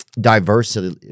diversity